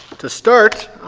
to start,